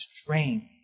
strength